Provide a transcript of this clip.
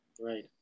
right